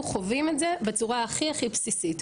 אנחנו חווים את זה בצורה הכי הכי בסיסית.